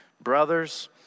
Brothers